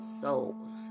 souls